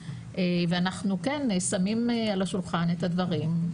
ואנחנו כן שמים על השולחן את הדברים.